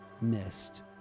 missed